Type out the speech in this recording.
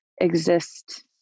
exist